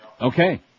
Okay